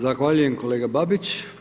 Zahvaljujem kolega Babić.